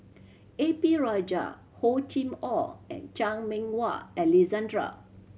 A P Rajah Hor Chim Or and Chan Meng Wah Alexander